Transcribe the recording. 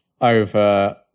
over